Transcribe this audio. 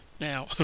Now